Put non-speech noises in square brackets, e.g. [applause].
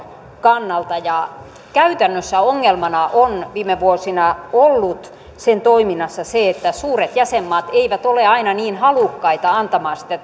kannalta ja käytännössä ongelmana on viime vuosina ollut sen toiminnassa se että suuret jäsenmaat eivät ole aina niin halukkaita antamaan sitä [unintelligible]